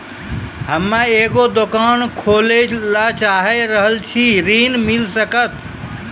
हम्मे एगो दुकान खोले ला चाही रहल छी ऋण मिल सकत?